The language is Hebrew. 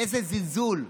איזה זלזול.